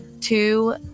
two